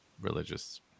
religious